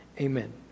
amen